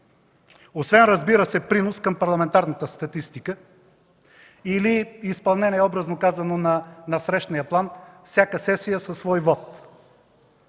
Освен, разбира се, принос към парламентарната статистика или изпълнение, образно казано, на насрещния план – всяка сесия със свой вот.